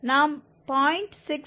நாம் 0